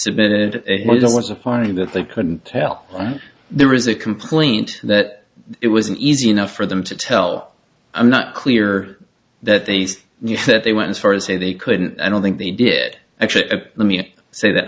submitted and it was a party that they couldn't tell and there is a complaint that it was easy enough for them to tell i'm not clear that these that they went as far as say they couldn't i don't think they did actually let me say that